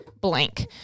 blank